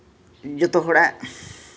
ᱡᱚᱛᱚ ᱦᱚᱲᱟᱜ